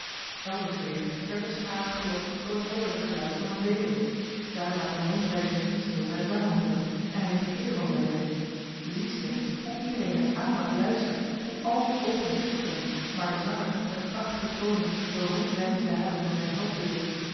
elders weer werd de schare gelokt door het heldere geluid van eene vedel daar laat een rondreizende minstreel zijne zangen hooren en hij heeft eer van zijn werk zie slechts hoe iedereen met aandacht luistert hoe al die oogen schitteren waar de zanger met krachtige tonen de roemrijke daden van zijn held bezingt